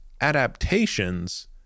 adaptations